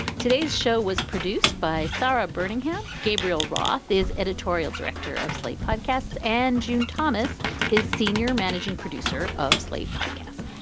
today's show was produced by sara burning him. gabriel roth is editorial director of slate podcasts and june thomas is senior managing producer of slate podcasts.